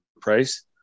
price